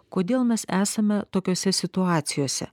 kodėl mes esame tokiose situacijose